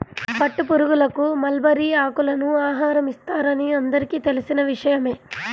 పట్టుపురుగులకు మల్బరీ ఆకులను ఆహారం ఇస్తారని అందరికీ తెలిసిన విషయమే